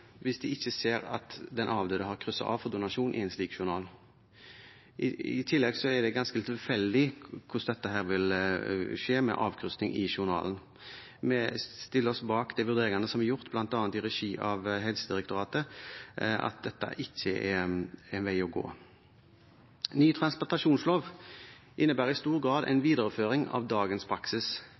hvis de ikke ser at den avdøde har krysset av for donasjon i en slik journal. I tillegg er det ganske tilfeldig hvordan dette vil skje med avkrysning i journalen. Vi stiller oss bak de vurderingene som er gjort bl.a. i regi av Helsedirektoratet, at dette ikke er en vei å gå. Ny transplantasjonslov innebærer i stor grad en videreføring av dagens praksis,